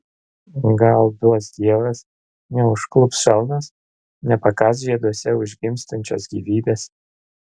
gal duos dievas neužklups šalnos nepakąs žieduose užgimstančios gyvybės